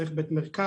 צריך בית מרקחת,